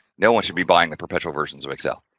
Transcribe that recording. no one should be buying the professional versions of excel.